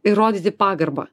ir rodyti pagarbą